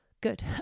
good